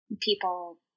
people